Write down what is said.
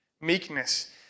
Meekness